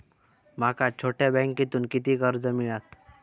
माका छोट्या बँकेतून किती कर्ज मिळात?